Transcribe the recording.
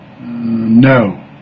No